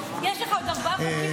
יש לך עוד ארבעה על סדר-היום,